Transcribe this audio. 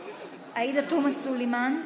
עאידה תומא סלימאן,